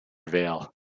veil